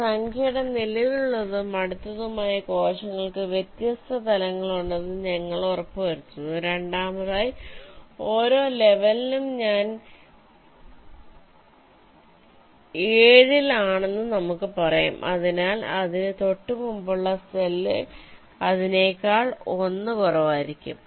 ഒരു സംഖ്യയുടെ നിലവിലുള്ളതും അടുത്തതുമായ കോശങ്ങൾക്ക് വ്യത്യസ്ത തലങ്ങളുണ്ടെന്ന് നിങ്ങൾ ഉറപ്പുവരുത്തുന്നു രണ്ടാമതായി ഓരോ ലെവലിനും ഞാൻ 7 ൽ ആണെന്ന് നമുക്ക് പറയാം അതിനാൽ അതിന് തൊട്ടുമുമ്പുള്ള സെൽ അതിനെക്കാൾ ഒന്ന് കുറവായിരിക്കും